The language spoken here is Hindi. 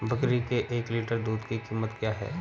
बकरी के एक लीटर दूध की कीमत क्या है?